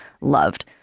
loved